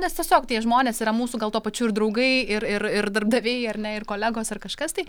nes tiesiog tie žmonės yra mūsų gal tuo pačiu ir draugai ir ir ir darbdaviai ar ne ir kolegos ar kažkas tai